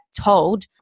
told